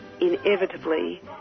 inevitably